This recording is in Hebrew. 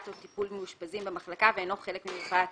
או טיפול במאושפזים במחלקה ואינו חלק ממרפאת חוץ,